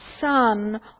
son